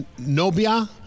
Nobia